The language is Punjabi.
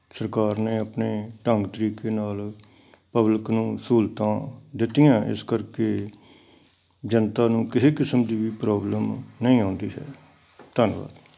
ਸਰਕਾਰ ਨੇ ਆਪਣੇ ਢੰਗ ਤਰੀਕੇ ਨਾਲ਼ ਪਬਲਿਕ ਨੂੰ ਸਹੂਲਤਾਂ ਦਿੱਤੀਆਂ ਇਸ ਕਰਕੇ ਜਨਤਾ ਨੂੰ ਕਿਸੇ ਕਿਸਮ ਦੀ ਵੀ ਪ੍ਰੋਬਲਮ ਨਹੀਂ ਆਉਂਦੀ ਹੈ ਧੰਨਵਾਦ